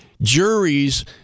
juries